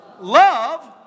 Love